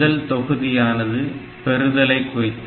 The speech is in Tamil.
முதல் தொகுதியானது பெறுதலை குறிக்கும்